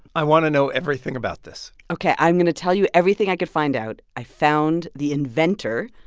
i want to know everything about this ok. i'm going to tell you everything i could find out. i found the inventor.